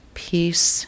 peace